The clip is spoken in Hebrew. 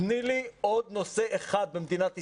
תני לי עוד נושא אחד במדינת ישראל,